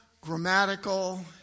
grammatical